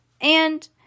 and—